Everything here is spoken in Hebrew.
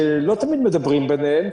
שלא תמיד מדברים ביניהם,